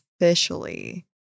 officially